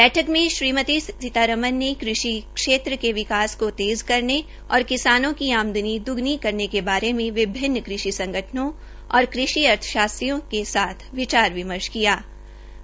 बैठक में श्रीमती सीतारमन ने कृषि क्षेत्र के विकास को तेज़ करने और किसानों की आमदनी द्रग्नी करने के बारे में विभिन्न कृषि संगठनों और कृषि अर्थशास्त्रियों के विचार जाने